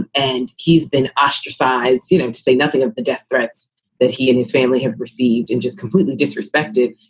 and he's been ostracized, you know, to say nothing of the death threats that he and his family have received and just completely disrespected.